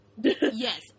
Yes